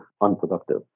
unproductive